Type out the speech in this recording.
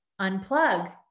unplug